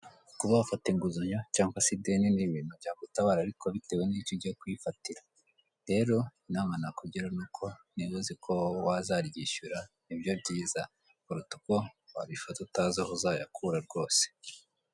Kuba wafata inguzanyo cyangwa se ideni ni ibintu byagutabara ariko bitewe n'icyo ugiye kurifatira. Rero inama nakugira ni uko niyo uziko wazaryishyura nibyo byiza kuruta uko warifata utazi aho uzayakura rwose.